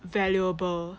valuable